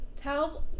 tell